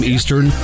Eastern